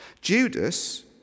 Judas